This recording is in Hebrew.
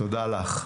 תודה לך.